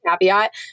caveat